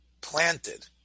planted